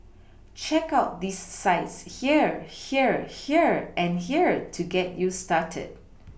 check out these sites here here here and here to get you started